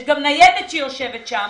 יש גם ניידת שנמצאת שם,